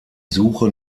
suche